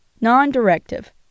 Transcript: Non-directive